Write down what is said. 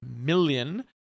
million